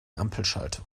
ampelschaltung